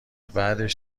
بعدش